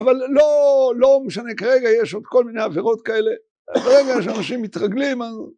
אבל לא משנה, כרגע יש עוד כל מיני עבירות כאלה. ברגע שאנשים מתרגלים...